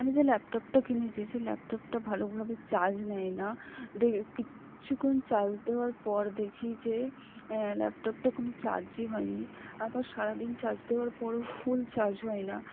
আমি যে ল্যাপটপটা কিনেছি সেই ল্যাপটপটা ভালোভাবে চার্জ নেয় না ধীরে কিছুক্ষণ চার্জ দেওয়ার পর দেখি যে ল্যাপটপটা কোন চার্জই হয় নি আবার সারাদিন চার্জ দেওয়ার পরও ফুল চার্জ হয় না